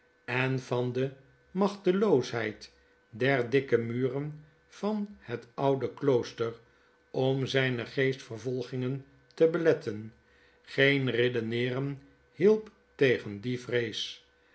en vandelmachteloosheid der dikke muren van het oude klooster om zflne geestvervolgingen te beletten geen redeneeren hielp tegen die vrees